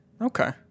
Okay